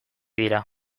dira